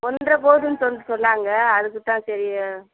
ஒன்றரை போகுதுன்னு சொல் சொன்னாங்க அதுக்குத் தான் சரி